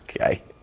Okay